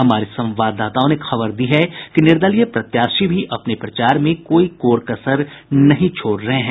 हमारे संवाददाताओं ने खबर दी है कि निर्दलीय प्रत्याशी भी अपने प्रचार में कोई कोर कसर नहीं छोड़ रहे हैं